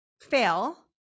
fail